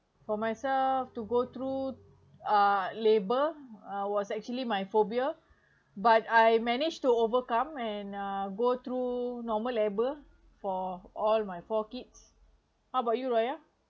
for myself to go through uh labour uh was actually my phobia but I managed to overcome and uh go through normal labour for all my four kids how about you raya